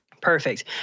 Perfect